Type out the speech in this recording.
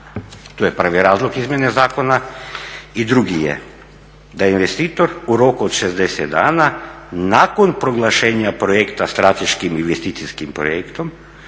To je prvi razlog izmjene zakona. I drugi je, da investitor u roku 60 dana nakon proglašenja projekta strateškim investicijskim projektom